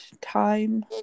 time